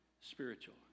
spiritual